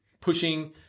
pushing